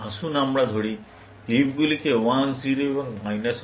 আসুন আমরা ধরি লিফগুলিকে 1 0 এবং মাইনাস 1 দিয়ে লেবেল করা হয়েছে